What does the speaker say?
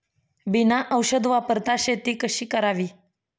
बिना औषध वापरता शेती कशी करावी?